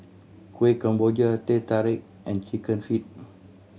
Kueh Kemboja Teh Tarik and Chicken Feet